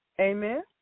Amen